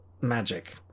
Magic